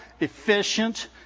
efficient